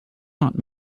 not